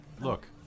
look